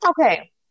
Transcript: okay